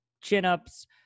chin-ups